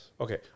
Okay